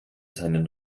seinen